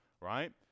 right